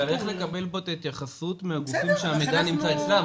צריך לקבל פה את ההתייחסות של הגופים שהמידע נמצא אצלם,